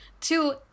Two